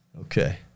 Okay